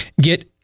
get